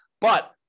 But-